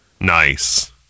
Nice